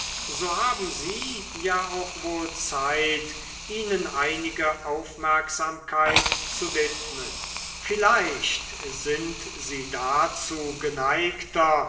so haben sie ja auch wohl zeit ihnen einige aufmerksamkeit zu widmen vielleicht sind sie dazu geneigter